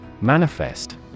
Manifest